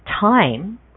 time